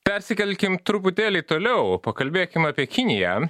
persikelkim truputėlį toliau pakalbėkim apie kiniją